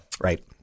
Right